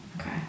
Okay